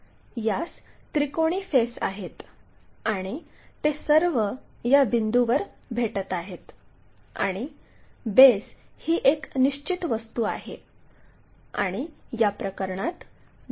यास त्रिकोणी फेस आहेत आणि ते सर्व या बिंदूवर भेटत आहेत आणि बेस ही एक निश्चित वस्तू आहे आणि या प्रकरणात बेस हा एक स्क्वेअर आहे